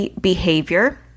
behavior